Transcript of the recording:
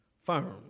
firm